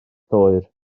lloer